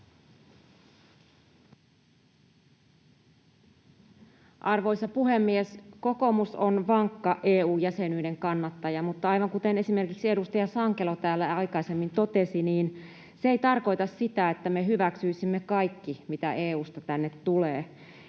Arvoisa puhemies! Kokoomus on vankka EU-jäsenyyden kannattaja, mutta aivan kuten esimerkiksi edustaja Sankelo täällä aikaisemmin totesi, niin se ei tarkoita sitä, että me hyväksyisimme kaikki, mitä EU:sta tänne tulee.